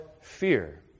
fear